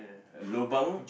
uh lobang